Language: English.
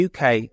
uk